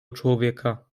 człowieka